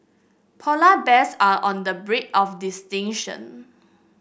polar bears are on the brink of